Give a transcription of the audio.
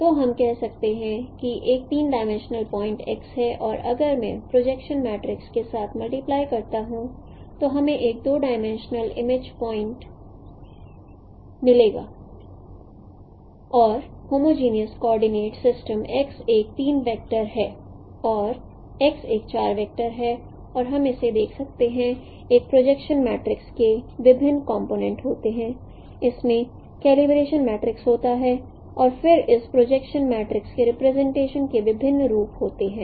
तो हम कह सकते हैं कि एक 3 डिमेंशनल प्वाइंट X है और अगर मैं प्रोजेक्शन मैट्रिक्स के साथ मल्टीप्लाई करता हूं तो हमें एक 2 डिमेंशनल इमेज प्वाइंट मिलेगा और होमोजेनस कोऑर्डिनेट सिस्टम एक 3 वेक्टर है और एक 4 वेक्टर है और हम इसे देख सकते हैं एक प्रोजेक्शन मैट्रिक्स के विभिन्न कंपोनेंट होते हैं इसमें कलिब्रेशन मैट्रिक्स होता है और फिर इस प्रोजेक्शन मैट्रिक्स के रिप्रेजेंटेशन के विभिन्न रूप होते हैं